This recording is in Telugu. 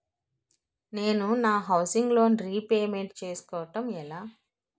నేను నా హౌసిగ్ లోన్ రీపేమెంట్ చేసుకోవటం ఎలా?